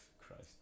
Christ